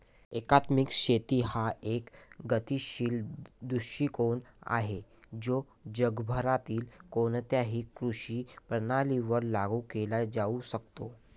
एकात्मिक शेती हा एक गतिशील दृष्टीकोन आहे जो जगभरातील कोणत्याही कृषी प्रणालीवर लागू केला जाऊ शकतो